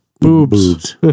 boobs